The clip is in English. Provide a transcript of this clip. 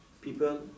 people